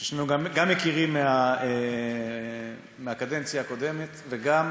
אנחנו גם מכירים מהקדנציה הקודמת, וגם,